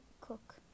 cook